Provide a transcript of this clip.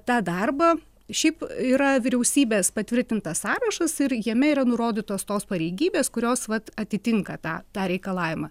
tą darbą šiaip yra vyriausybės patvirtintas sąrašas ir jame yra nurodytos tos pareigybės kurios vat atitinka tą tą reikalavimą